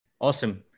awesome